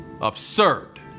Absurd